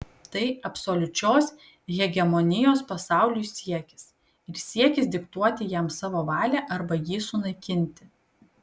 tai absoliučios hegemonijos pasauliui siekis ir siekis diktuoti jam savo valią arba jį sunaikinti